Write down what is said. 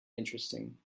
interesting